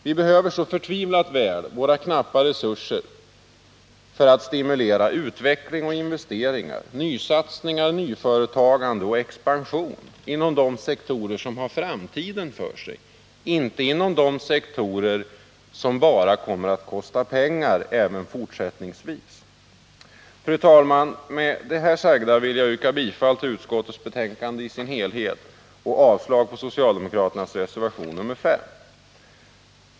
Vi behöver så förtvivlat väl våra knappa resurser för att stimulera utveckling, investeringar, nysatsningar, nyföretagande och expansion inom de sektorer som har framtiden för sig, vi kan inte använda dem inom de sektorer som bara kommer att kosta pengar, även fortsättningsvis. Fru talman! Med det sagda vill jag yrka bifall till utskottets hemställan i dess helhet och avslag på socialdemokraternas reservation nr 5.